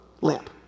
lamp